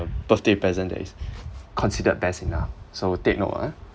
a birthday present that is considered best enough so take note ah